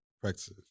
Practice